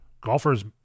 Golfers